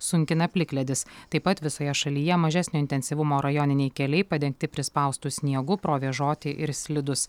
sunkina plikledis taip pat visoje šalyje mažesnio intensyvumo rajoniniai keliai padengti prispaustu sniegu provėžoti ir slidūs